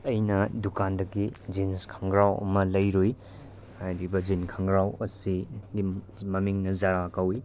ꯑꯩꯅ ꯗꯨꯀꯥꯟꯗꯒꯤ ꯖꯤꯟꯁ ꯈꯣꯡꯒ꯭ꯔꯥꯎ ꯑꯃ ꯂꯩꯔꯨꯏ ꯍꯥꯏꯔꯤꯕ ꯖꯤꯟ ꯈꯣꯡꯒ꯭ꯔꯥꯎ ꯑꯁꯤꯒꯤ ꯃꯃꯤꯡꯅ ꯖꯔꯥ ꯀꯧꯏ